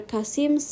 Kasim